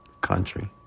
country